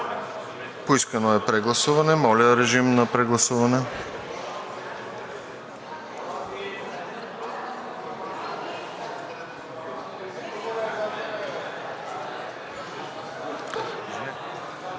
Поискано е прегласуване. Моля, режим на прегласуване.